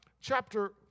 chapter